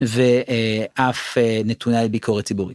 ואף נתונה לביקורת ציבורית.